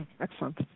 Excellent